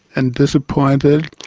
and disappointed.